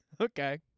Okay